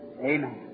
Amen